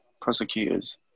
prosecutors